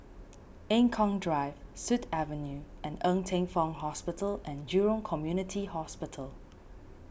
Eng Kong Drive Sut Avenue and Ng Teng Fong Hospital and Jurong Community Hospital